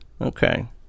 Okay